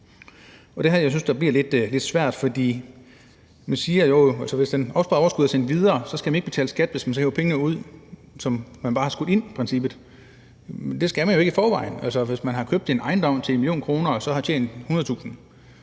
det bliver lidt svært, for man siger, at hvis det opsparede overskud er sendt videre, skal man ikke betale skat, hvis man hiver pengene ud, som man bare har skudt ind, men det skal man jo ikke i forvejen. Altså, hvis man har købt en ejendom til 1 mio. kr. og har tjent 100.000 kr.